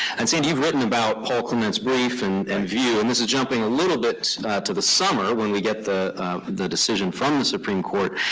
and sandy, you've written about paul clement's brief and and view. and this is jumping a little bit to the summer, when we get the the decision from the supreme court.